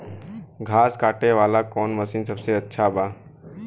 घास काटे वाला कौन मशीन सबसे अच्छा बा?